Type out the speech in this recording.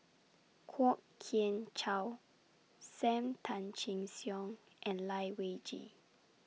Kwok Kian Chow SAM Tan Chin Siong and Lai Weijie